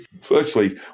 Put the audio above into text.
Firstly